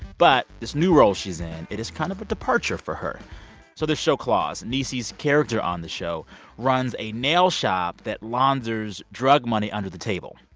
but this new role she's in, it is kind of a departure for her so this show claws, niecy's character on the show runs a nail shop that launders drug money under the table.